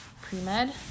pre-med